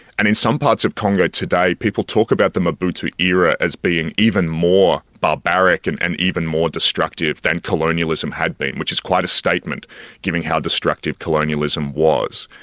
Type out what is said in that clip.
and in some parts of congo today people talk about the mobutu era as being even more barbaric and and even more destructive than colonialism had been, which is quite a statement given how destructive colonialism was.